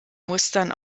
mustern